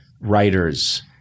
writers